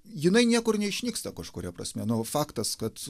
jinai niekur neišnyksta kažkuria prasme nu faktas kad